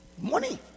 Money